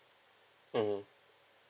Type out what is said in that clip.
mmhmm